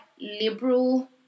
liberal